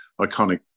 iconic